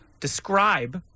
describe